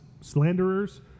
slanderers